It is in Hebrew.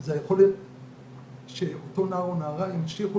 זה היכולת שאותו נער או נערה ימשיכו